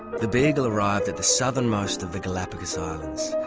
the beagle arrived at the southernmost of the galapagos islands.